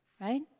right